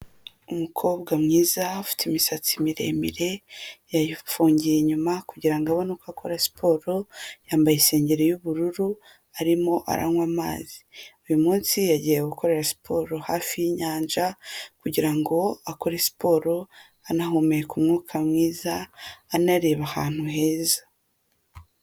Umukobwa mwiza afite imisatsi miremire yayifungiye inyuma kugira ngo abone uko akora siporo, yambaye isengeri y'ubururu, arimo aranywa amazi buri munsi, yagiye gukora siporo hafi yinyanja kugirango akore siporo anahumeka umwuka mwiza anareba ahantu heza.